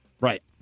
Right